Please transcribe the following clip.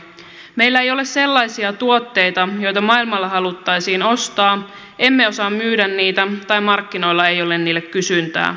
meillä ei ole sellaisia tuotteita joita maailmalla haluttaisiin ostaa emme osaa myydä niitä tai markkinoilla ei ole niille kysyntää